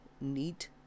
neat